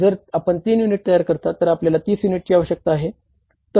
जर आपण 3 युनिट तयार करता तर आपल्याला 30 युनिट्स आवश्यक असतात